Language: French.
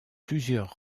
plusieurs